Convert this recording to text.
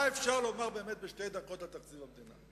מה אפשר לומר באמת בשתי דקות על תקציב המדינה?